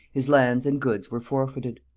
his lands and goods were forfeited.